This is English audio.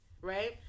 Right